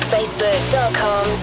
Facebook.com